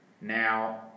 Now